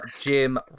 jim